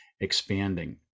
expanding